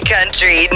Country